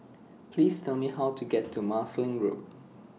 Please Tell Me How to get to Marsiling Road